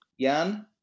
Jan